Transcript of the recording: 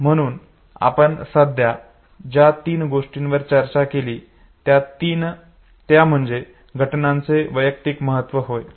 म्हणून आपण सध्या ज्या तीन गोष्टींवर चर्चा केली त्या म्हणजे घटनांचे वैयक्तिक महत्त्व होय